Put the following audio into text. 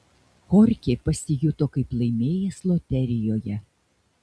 chorchė pasijuto kaip laimėjęs loterijoje